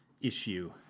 issue